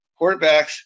quarterbacks